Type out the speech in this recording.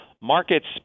Markets